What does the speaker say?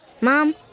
Mom